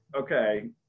okay